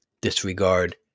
Disregard